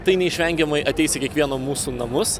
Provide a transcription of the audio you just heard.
tai neišvengiamai ateis į kiekvieno mūsų namus